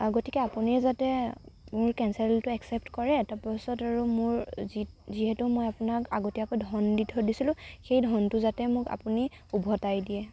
গতিকে আপুনিও যাতে মোৰ কেনচেলটো এক্সচেপ্ট কৰে তাৰ পাছত আৰু মোৰ যি যিহেতু মই আপোনাক আগতীয়াকৈ ধন দি থৈ দিছিলোঁ সেই ধনটো যাতে মোক আপুনি উভতাই দিয়ে